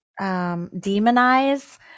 demonize